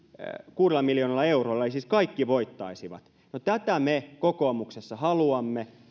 kuudella miljoonalla eurolla ja siis kaikki voittaisivat tätä me kokoomuksessa haluamme